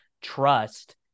trust